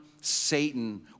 Satan